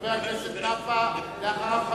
אחריו, חבר הכנסת אברהם מיכאלי,